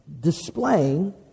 displaying